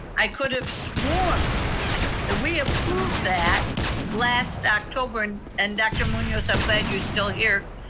i could have sworn that we approved that last october. and and dr. munoz, i'm glad you're still here.